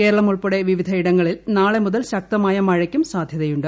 കേരളമുൾപ്പെടെ വിവിധ ഇടങ്ങളിൽ നാളെ മുതൽ ശക്തമായ മഴയ്ക്കും സാധ്യതയു ണ്ട്